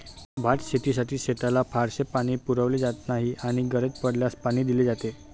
भातशेतीसाठी शेताला फारसे पाणी पुरवले जात नाही आणि गरज पडल्यास पाणी दिले जाते